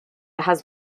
had